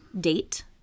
Date